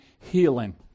healing